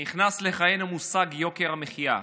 נכנס לחיינו המושג יוקר המחיה.